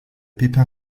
pépins